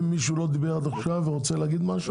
מישהו שלא דיבר עד עכשיו ורוצה להגיד משהו?